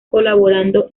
colaborando